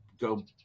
go